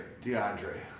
DeAndre